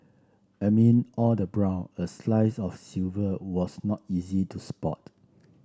amid all the brown a slice of silver was not easy to spot